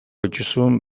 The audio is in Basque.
dituzun